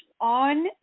on